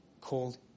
called